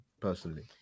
Personally